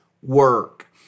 work